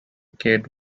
kate